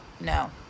no